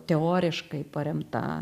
teoriškai paremta